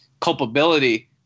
culpability